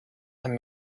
and